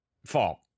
fall